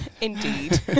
Indeed